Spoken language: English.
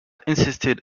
insisted